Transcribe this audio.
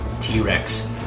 T-Rex